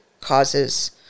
causes